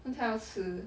她要吃